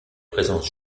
présence